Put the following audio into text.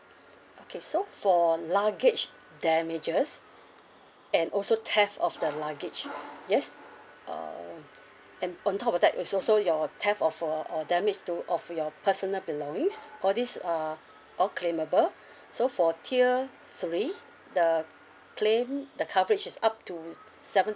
okay so for luggage damages and also theft of the luggage yes uh and on top of that it's also your theft of or or damage to of your personal belongings all this uh all claimable so for tier three the claim the coverage is up to seven